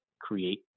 create